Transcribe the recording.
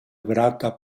vrata